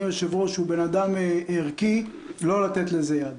היושב-ראש שהוא בן אדם ערכי לא לתת לזה יד.